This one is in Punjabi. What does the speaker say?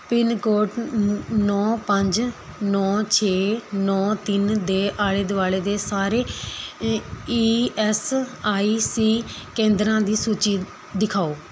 ਪਿੰਨਕੋਡ ਨੌ ਪੰਜ ਨੌ ਛੇ ਨੌ ਤਿੰਨ ਦੇ ਆਲ਼ੇ ਦੁਆਲ਼ੇ ਦੇ ਸਾਰੇ ਅ ਈ ਐੱਸ ਆਈ ਸੀ ਕੇਂਦਰਾਂ ਦੀ ਸੂਚੀ ਦਿਖਾਓ